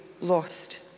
lost